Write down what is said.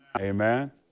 Amen